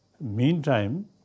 Meantime